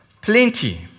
plenty